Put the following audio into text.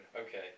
Okay